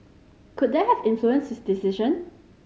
could that have influenced his decision